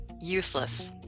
Useless